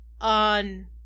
on